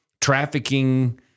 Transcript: trafficking